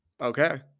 okay